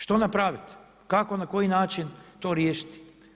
Što napraviti, kako na koji način to riješiti?